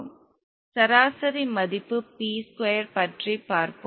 சராசரி மதிப்பு p square பற்றி பார்ப்போம்